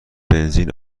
بنزین